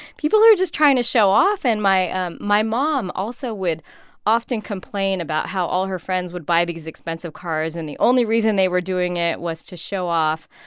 people are just trying to show off. and my ah my mom also would often complain about how all her friends would buy these expensive cars and the only reason they were doing it was to show off.